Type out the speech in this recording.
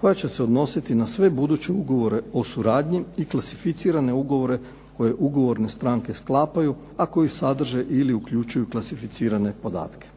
koja će se odnositi na sve buduće ugovore o suradnji i klasificirane ugovore koje ugovorne stranke sklapaju, a koje sadrže ili uključuju klasificirane podatke.